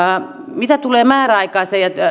mitä tulee määräaikaisiin